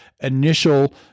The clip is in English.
initial